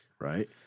right